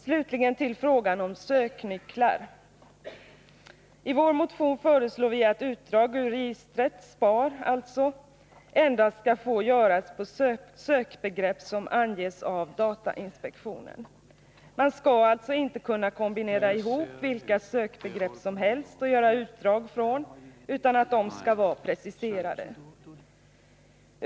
Slutligen till frågan om söknycklar: I vår motion föreslår vi att utdrag ur registret — SPAR, alltså — skall få göras endast med hjälp av sökbegrepp som anges av datainspektionen. Man skall alltså inte kunna kombinera ihop vilka sökbegrepp som helst, utan kombinationerna skall vara preciserade.